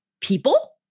people